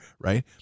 right